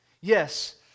Yes